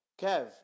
Kev